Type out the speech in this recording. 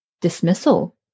dismissal